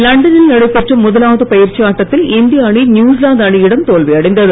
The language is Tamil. லண்டனில் நடைபெற்ற முதலாவது பயிற்சி ஆட்டத்தில் இந்திய அணி நியுசிலாந்து அணியிடம் தோல்வியடைந்தது